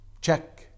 Check